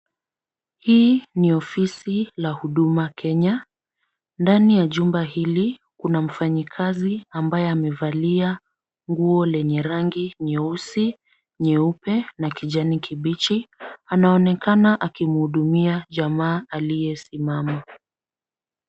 Hii ni ofisi la Huduma Kenya, ndani ya jumba hili kuna mfanyikazi ambaye amevalia nguo lenye rangi nyeusi, nyeupe na kijani kibichi. Anaonekana akimhudumia jamaa aliyesimama.